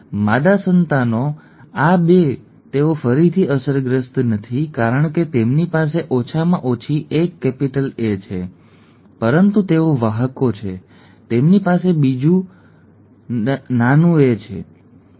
માદા સંતાનો આ 2 તેઓ ફરીથી અસરગ્રસ્ત નથી કારણ કે તેમની પાસે ઓછામાં ઓછી એક કેપિટલ A છે પરંતુ તેઓ વાહકો છે તેમની પાસે બીજું નાનું એ છે ખરું ને